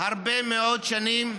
הרבה מאוד שנים,